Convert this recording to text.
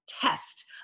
test